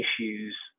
issues